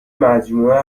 مجموعه